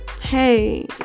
hey